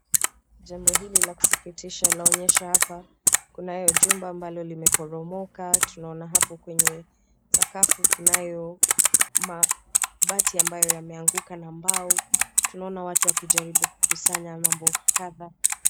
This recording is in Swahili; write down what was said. Chengo hili la kusikitisha la umoja hapa kunayo chumba ambapo limeporomoka tunaona hapo kwenye sakafu kunayo mabati ambayo yameanguka na mbao tunaona watu wajaribu kusanya mambo kata.